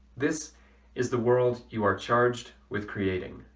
this is the world you are charged with creating